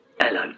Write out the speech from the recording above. Hello